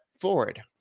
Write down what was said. forward